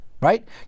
right